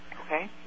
Okay